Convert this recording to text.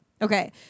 Okay